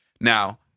Now